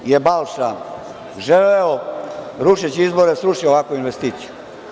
Ceo dan je Balša želeo, rušeći izbore, da srušio ovakvu investiciju.